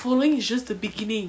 following is just the beginning